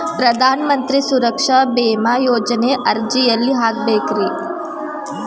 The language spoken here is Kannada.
ಪ್ರಧಾನ ಮಂತ್ರಿ ಸುರಕ್ಷಾ ಭೇಮಾ ಯೋಜನೆ ಅರ್ಜಿ ಎಲ್ಲಿ ಹಾಕಬೇಕ್ರಿ?